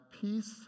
peace